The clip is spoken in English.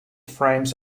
frames